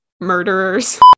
murderers